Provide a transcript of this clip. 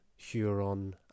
huron